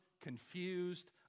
confused